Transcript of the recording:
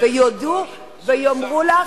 ויודו ויאמרו לך,